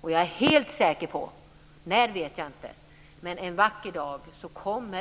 Och jag är helt säker på att svenska folket en vacker dag - när vet jag inte - kommer